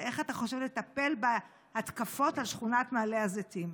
ואיך אתה חושב לטפל בהתקפות על שכונת מעלה הזיתים?